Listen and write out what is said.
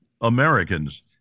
Americans